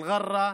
אל-ע'רה,